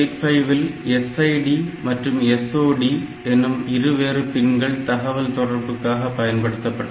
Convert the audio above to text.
8085 இல் SID மற்றும் SOD எனும் இருவேறு பின்கள் தகவல் தொடர்புக்காக பயன்படுத்தப்பட்டன